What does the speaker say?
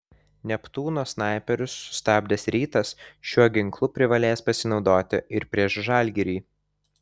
neptūno snaiperius sustabdęs rytas šiuo ginklu privalės pasinaudoti ir prieš žalgirį